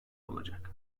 olacak